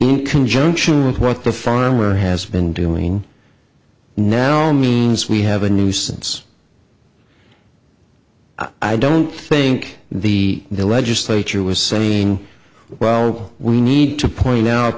in conjunction with what the farmer has been doing now means we have a nuisance i don't think the legislature was saying well we need to point out